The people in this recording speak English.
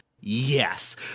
Yes